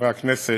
חברי הכנסת,